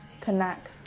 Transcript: connect